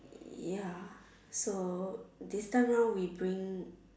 ya so this time round we bring